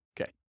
Okay